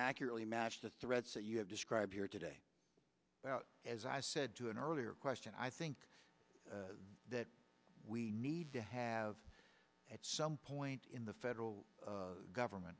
accurately match the threats that you have described here today as i said to an earlier question i think that we need to have at some point in the federal government